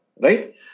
right